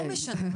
לא משנה.